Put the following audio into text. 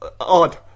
odd